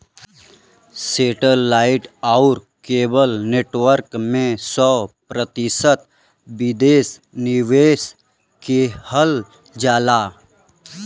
सेटे light आउर cable network में सौ प्रतिशत विदेशी निवेश किहल जाला